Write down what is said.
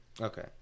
Okay